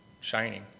shining